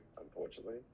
unfortunately